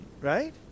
Right